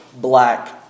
black